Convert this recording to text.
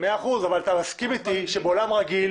בסדר, אבל אתה מסכים אתי שבעולם רגיל